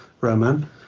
Roman